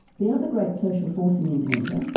the other great social force in indonesia,